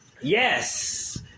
Yes